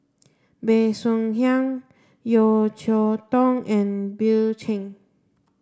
Bey Soo Khiang Yeo Cheow Tong and Bill Chen